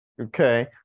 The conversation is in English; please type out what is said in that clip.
Okay